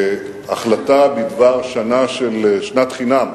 החלטה בדבר שנה של שנת חינם,